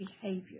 behavior